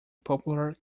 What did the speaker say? popular